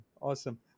Awesome